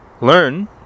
learn